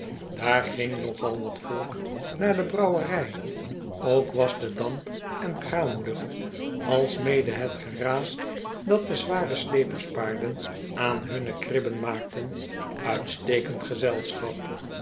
daar ging nogal wat volk naar de brouwerij ook was de damp en graanlucht alsmede het geraas dat de zware sleperspaarden aan hunne kribben maakten uitstekend gezelschap